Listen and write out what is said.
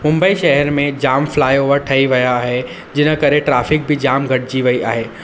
मुंबई शहर में जामु फ्लाई ओवर ठही विया आहिनि जिनि करे ट्राफिक बि जामु घटिजी वही आहे